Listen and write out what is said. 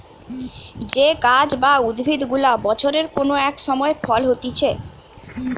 যে গাছ বা উদ্ভিদ গুলা বছরের কোন এক সময় ফল হতিছে